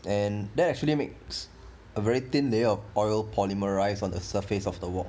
that actually makes a very thin layer of oil polymerise on the surface of the wok